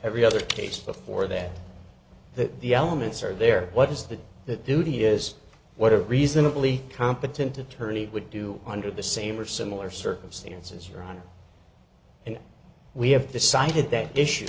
every other case before that that the elements are there what is the that duty is what a reasonably competent attorney would do under the same or similar circumstances around and we have decided that issue